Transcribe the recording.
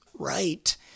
right